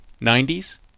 90s